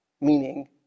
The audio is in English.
Meaning